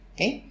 Okay